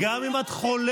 גם אם את חולקת,